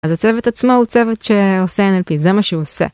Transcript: אז הצוות עצמו הוא צוות שעושה NLP, זה מה שהוא עושה.